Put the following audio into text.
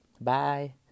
Bye